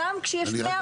גם כשיש מאה אחוז הסכמה.